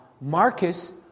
Marcus